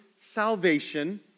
salvation